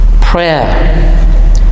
prayer